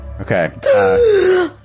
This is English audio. Okay